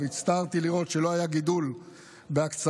הצטערתי לראות שלא היה גידול בהקצבת